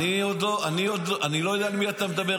עוד לא, אני לא יודע על מי אתה מדבר.